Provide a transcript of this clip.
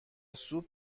سوپ